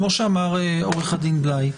כמו שאמר עו"ד בליי,